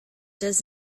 does